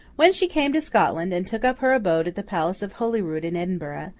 when she came to scotland, and took up her abode at the palace of holyrood in edinburgh,